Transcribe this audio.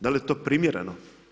Da li je to primjereno?